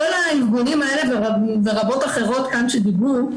כל הארגונים האלה ורבות אחרות כאן שדיברו,